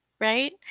right